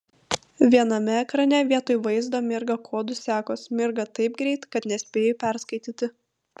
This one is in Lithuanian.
viename ekrane vietoj vaizdo mirga kodų sekos mirga taip greit kad nespėju perskaityti